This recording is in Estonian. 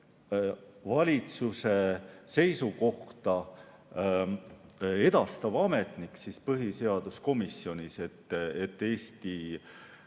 valitsuse seisukohta edastav ametnik põhiseaduskomisjonis, et Eesti